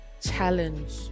challenge